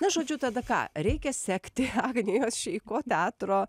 na žodžiu tada ką reikia sekti agnijos šeiko teatro